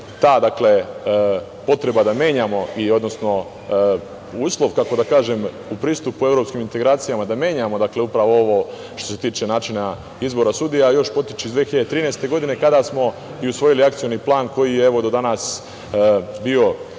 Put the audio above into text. potreba da menjamo, odnosno uslov, kako da kažem, u pristupu evropskim integracijama da menjamo upravo ovo što se tiče načina izbora sudije, još potiče iz 2013. godine kada smo usvojili akcioni plan koji je do danas bio svih